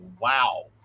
wow